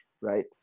right